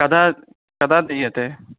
कदा कदा दीयते